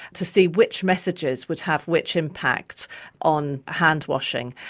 to see which messages would have which impacts on hand washing.